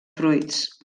fruits